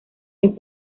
los